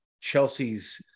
Chelsea's